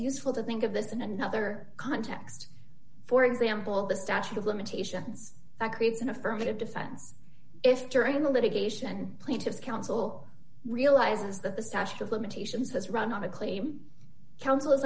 useful to think of this in another context for example the statute of limitations that creates an affirmative defense if during the litigation plaintiff's counsel realizes that the statute of limitations has run out a claim c